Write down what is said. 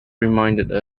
reminded